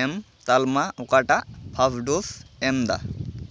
ᱮᱢ ᱛᱟᱞᱢᱟ ᱚᱠᱟᱴᱟᱜ first dose ᱮᱢᱫᱟ